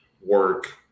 work